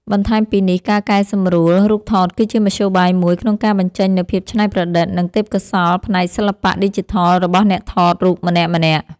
បន្ថែមពីនេះ ការកែសម្រួលរូបថតគឺជាមធ្យោបាយមួយក្នុងការបញ្ចេញនូវភាពច្នៃប្រឌិត និងទេពកោសល្យផ្នែកសិល្បៈឌីជីថលរបស់អ្នកថតរូបម្នាក់ៗ។